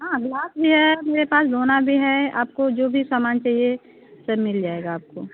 हाँ ग्लास भी है मेरे पास दोना भी है आपको जो भी समान चाहिए सब मिल जाएगा आपको